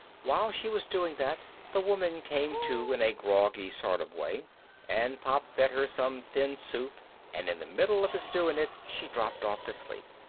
while she was doing that the woman came to in a groggy sort of way and pop fed her some thin soup and in the middle of his doing it she dropped off to sleep.